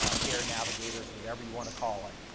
ah care navigators, whatever you want to call it,